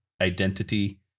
identity